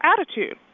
attitude